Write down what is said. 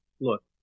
look